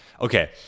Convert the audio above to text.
Okay